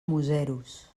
museros